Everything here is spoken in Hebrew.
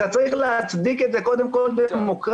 אתה צריך להצדיק את זה קודם כל דמוקרטית.